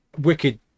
wicked